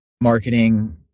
marketing